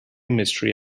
mystery